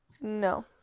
no